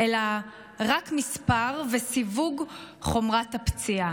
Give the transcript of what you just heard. אלא רק מספר וסיווג חומרת הפציעה.